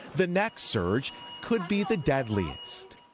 the next surge could be the deadliest.